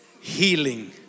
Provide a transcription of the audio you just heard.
Healing